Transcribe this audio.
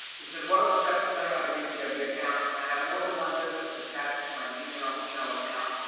he says what are the steps to setting up a new gmb account? can i have more than one business to attach to my gmail email account?